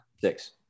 Six